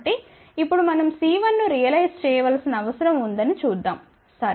కాబట్టి ఇప్పుడు మనంC1ను రియలైజ్ చేయవలిసిన అవసరం ఉందని చూద్దాం సరే